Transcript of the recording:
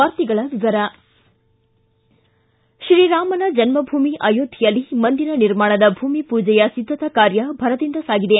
ವಾರ್ತೆಗಳ ವಿವರ ತ್ರೀರಾಮನ ಜನ್ಮಭೂಮಿ ಅಯೋಧ್ಯೆಯಲ್ಲಿ ಮಂದಿರ ನಿರ್ಮಾಣದ ಭೂಮಿ ಪೂಜೆಯ ಸಿದ್ದತಾ ಕಾರ್ಯ ಭರದಿಂದ ಸಾಗಿದೆ